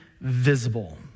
visible